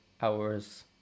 hours